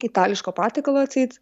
itališko patiekalo atseit